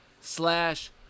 slash